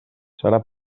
serà